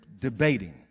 debating